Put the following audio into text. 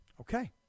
Okay